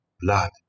blood